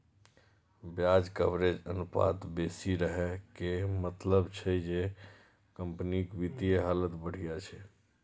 ब्याज कवरेज अनुपात बेसी रहै के मतलब छै जे कंपनीक वित्तीय हालत बढ़िया छै